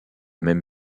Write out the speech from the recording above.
même